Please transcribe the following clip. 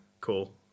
cool